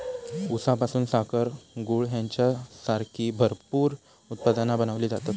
ऊसापासून साखर, गूळ हेंच्यासारखी भरपूर उत्पादना बनवली जातत